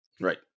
right